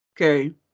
okay